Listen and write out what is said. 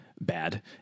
bad